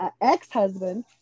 ex-husband